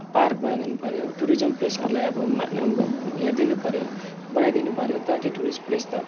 park बनाइदिनुपऱ्यो tourism प्लेसहरूलाई अब मा न हेरिदिनुपऱ्यो बनाइदिनुपऱ्यो ताकि टुरिस्ट प्लेस त